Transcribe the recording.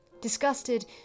Disgusted